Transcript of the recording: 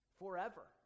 forever